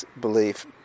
belief